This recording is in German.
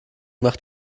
macht